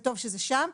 טוב שזה שם.